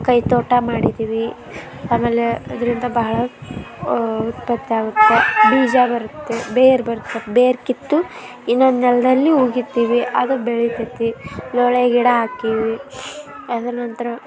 ಕೈತೋಟ ಮಾಡಿದೀವಿ ಆಮೇಲೆ ಇದರಿಂದ ಬಹಳ ಉತ್ಪತ್ತಿಯಾಗುತ್ತೆ ಬೀಜ ಬರುತ್ತೆ ಬೇರು ಬರುತ್ತೆ ಬೇರು ಕಿತ್ತು ಇನ್ನೊಂದು ನೆಲದಲ್ಲಿ ಹುಗಿತೀವಿ ಅದು ಬೆಳಿತದೆ ಲೋಳೆ ಗಿಡ ಹಾಕೀವಿ ಅದರ ನಂತರ